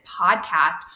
podcast